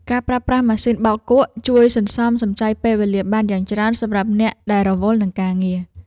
ការប្រើប្រាស់ម៉ាស៊ីនបោកគក់ជួយសន្សំសំចៃពេលវេលាបានយ៉ាងច្រើនសម្រាប់អ្នកដែលរវល់នឹងការងារ។